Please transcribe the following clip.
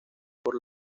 por